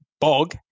bog